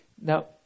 Now